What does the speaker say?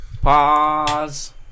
Pause